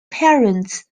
parents